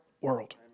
world